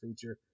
feature